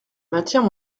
maintiens